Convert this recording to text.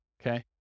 Okay